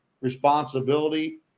responsibility